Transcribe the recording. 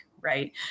right